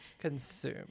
consume